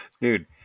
dude